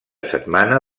setmana